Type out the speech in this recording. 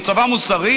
הוא צבא מוסרי,